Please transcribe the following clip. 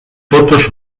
totes